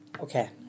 okay